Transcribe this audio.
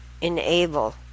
enable